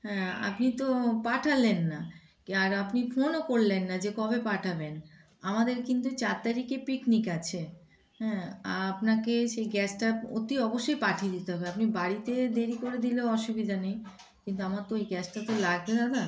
হ্যাঁ আপনি তো পাঠালেন না আর আপনি ফোনও করলেন না যে কবে পাঠাবেন আমাদের কিন্তু চার তারিখে পিকনিক আছে হ্যাঁ আপনাকে সেই গ্যাসটা অতি অবশ্যই পাঠিয়ে দিতে হবে আপনি বাড়িতে দেরি করে দিলেও অসুবিধা নেই কিন্তু আমার তো ওই গ্যাসটা তো লাগে দাদা